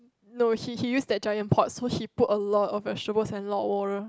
no he he used that giant pot so he put a lot of vegetables and a lot water